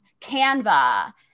Canva